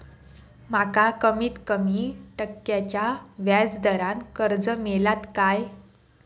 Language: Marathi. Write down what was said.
माका कमीत कमी टक्क्याच्या व्याज दरान कर्ज मेलात काय?